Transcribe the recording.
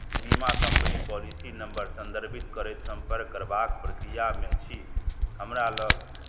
बीमा company policy number सन्दर्भित करैत सम्पर्क करबाक प्रक्रियामे छी हमरा लग